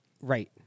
Right